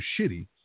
shitty